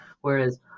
whereas